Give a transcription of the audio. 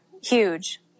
huge